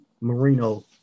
Marino